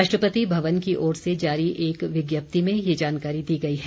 राष्ट्रपति भवन की ओर से जारी एक विज्ञप्ति में ये जानकारी दी गई है